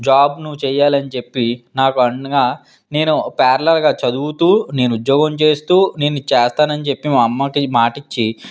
జాబ్ను చేయాలని చెప్పి నాకు అనగా నేను పేర్లర్గా చదువుతు నేను ఉద్యోగం చేస్తు నేను ఇది చేస్తానని చెప్పి మా అమ్మకి మాట ఇచ్చి